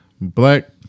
black